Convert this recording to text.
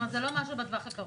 כלומר שזה לא משהו בטווח הקרוב.